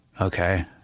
okay